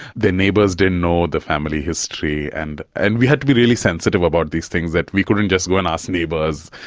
the neighbours didn't know the family history. and and we had to be really sensitive about these things, we couldn't just go and ask neighbours,